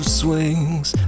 swings